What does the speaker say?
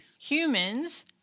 Humans